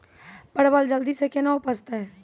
परवल जल्दी से के ना उपजाते?